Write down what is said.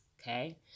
okay